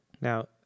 Now